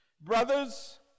brothers